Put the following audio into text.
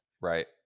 Right